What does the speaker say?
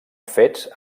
fets